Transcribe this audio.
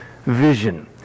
vision